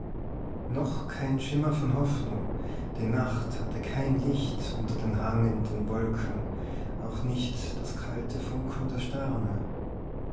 noch kein schimmer von hoffnung die nacht hatte kein licht unter den hangenden wolken auch nicht das kalte funkeln der sterne